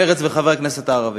מרצ וחברי הכנסת הערבים.